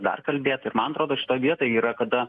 dar kalbėta ir man atrodo šitoj vietoj yra kada